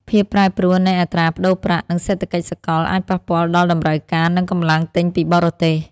ភាពប្រែប្រួលនៃអត្រាប្តូរប្រាក់ និងសេដ្ឋកិច្ចសកល អាចប៉ះពាល់ដល់តម្រូវការ និងកម្លាំងទិញពីបរទេស។